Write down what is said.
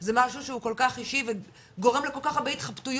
זה משהו שהוא כל כך אישי וגורם לכל כך הרבה התחבטויות